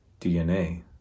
DNA